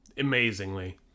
amazingly